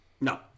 No